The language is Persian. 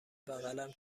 بغلم